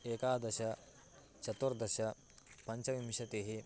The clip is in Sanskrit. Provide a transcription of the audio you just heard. एकादश चतुर्दश पञ्चविंशतिः